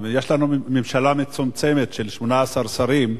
יש לנו ממשלה מצומצמת של 18 שרים,